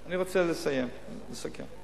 אני רוצה לסיים, לסכם.